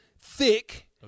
thick